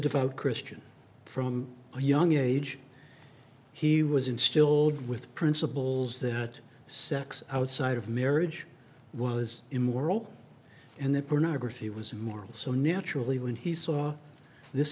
devout christian from a young age he was instilled with principles that sex outside of marriage was immoral and that pornography was more so naturally when he saw this